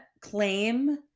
claim